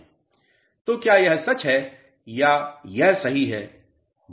तो क्या यह सच है या यह सही है